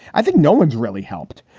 i think no one's really helped.